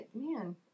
Man